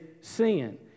sin